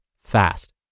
fast